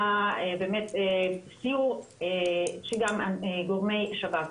היה באמת סיור שגם גורמי שב"ס,